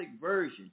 version